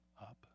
up